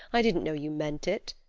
i didn't know you meant it,